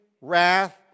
wrath